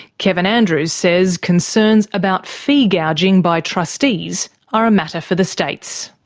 kevin andrews says concerns about fee gouging by trustees are a matter for the states.